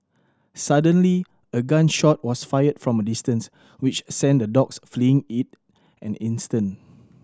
suddenly a gun shot was fired from a distance which sent the dogs fleeing in an instant